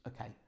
okay